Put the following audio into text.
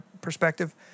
perspective